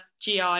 GI